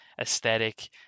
aesthetic